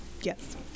yes